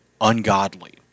ungodly